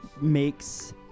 makes